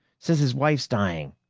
says his wife's dying.